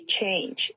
change